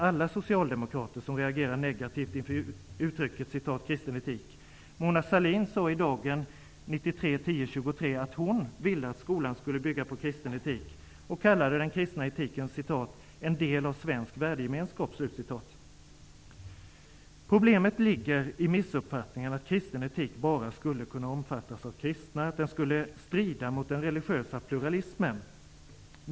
Alla socialdemokrater reagerar naturligtvis inte negativt inför uttrycket ''kristen etik''. Mona Sahlin sade i Dagen den 23 oktober 1993 att hon ville att skolan skulle bygga på kristen etik, och hon kallade den kristna etiken ''en del av svensk värdegemenskap''. Problemet ligger i missuppfattningen att kristen etik bara skulle kunna omfattas av kristna, att den skulle strida mot den religiösa pluralismen.